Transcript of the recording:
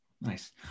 Nice